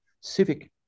civic